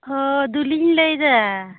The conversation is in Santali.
ᱦᱚᱸ ᱫᱩᱞᱤᱧ ᱞᱟᱹᱭᱮᱫᱟ